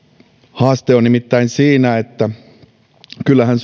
haaste on nimittäin siinä että kyllähän